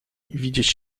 widzieć